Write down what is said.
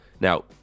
Now